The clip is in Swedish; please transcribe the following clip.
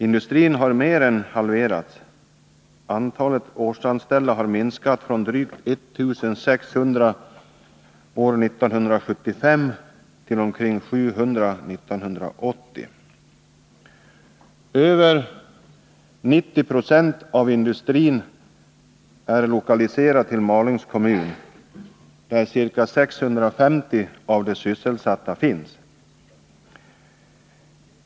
Industrin har mer än halverats. Antalet årsanställda har minskat från drygt 1600 år 1975 till omkring 700 år 1980. Över 90 26 av industrin är lokaliserad till Malungs kommun, där ca 650 av de sysselsatta finns.